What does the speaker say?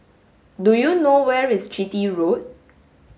do you know where is Chitty Road